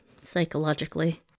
psychologically